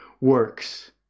works